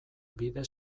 bide